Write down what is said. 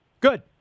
Good